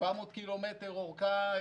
700 ק"מ אורכה,